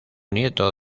nieto